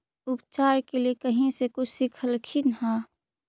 उपचार के लीये कहीं से कुछ सिखलखिन हा?